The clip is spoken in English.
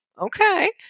Okay